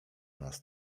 nas